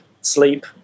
sleep